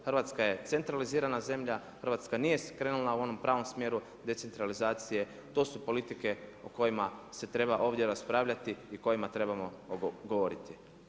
Hrvatska je centralizirana zemlja, Hrvatska nije krenula u onom pravom smjeru decentralizacije, to su politike o kojima se treba ovdje raspravljati i o kojima trebamo govoriti.